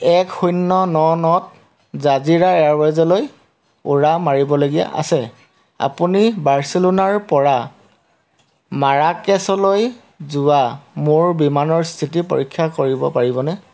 এক শূন্য ন নত জাজিৰা এয়াৰৱে'জলৈ উৰা মাৰিবলগীয়া আছে আপুনি বাৰ্চিলোনাৰ পৰা মাৰাকেচলৈ যোৱা মোৰ বিমানৰ স্থিতি পৰীক্ষা কৰিব পাৰিবনে